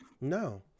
No